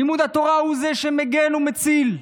לימוד התורה שמגן ומציל,